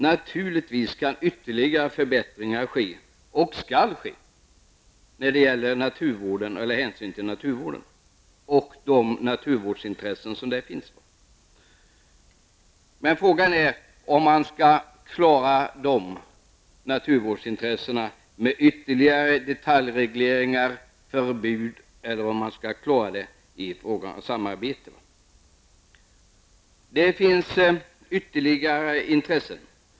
Naturligtvis skall ytterligare förbättringar ske när det gäller hänsyn till naturvårdsintressena. Men frågan är om dessa naturvårdsintressen skall klaras med ytterligare deljregleringar och förbud eller genom samarbete. Det finns ytterligare intressen.